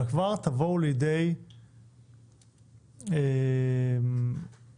אבל תבואו כבר לידי תובנות,